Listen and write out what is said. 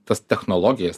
tas technologijas